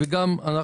בנוסף,